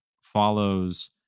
follows